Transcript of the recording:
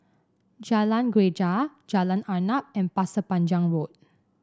Jalan Greja Jalan Arnap and Pasir Panjang Road